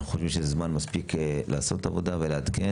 אנחנו חושבים שזה זמן מספיק לעשות את העבודה ולעדכן.